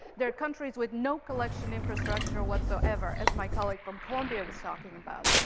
there are countries with no collection infrastructure whatsoever, as my colleague from columbia was talking about.